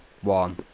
one